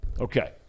Okay